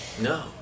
No